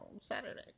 Saturday